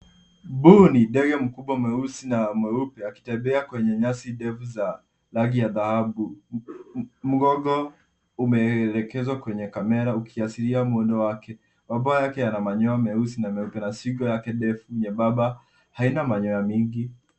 Mbuni, ndege mkubwa mweusi na mweupe, akitembea kwenye nyasi ndefu za rangi ya dhahabu. Mgongo umeelekezwa kwenye kamera ukiashiria muundo wake. Mabawa yake yana manyoya meusi na meupe na shingo yake ndefu nyembamba haina manyoya mingi.